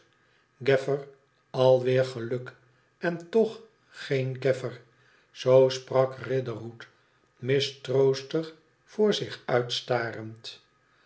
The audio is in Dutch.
alweer geluk en toch geen gafier zoo sprak riderhood mistroostig voor zich uit starend